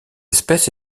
espèce